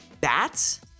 Bats